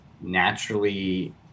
naturally